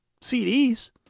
CDs